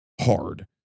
hard